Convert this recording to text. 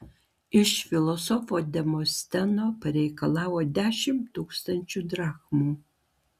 iš filosofo demosteno pareikalavo dešimt tūkstančių drachmų